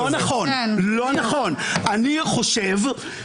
לא ניכנס פה לדיון פילוסופי על השאלה מה זה פוזיטיביזם חקיקתי.